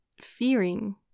fearing